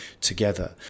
together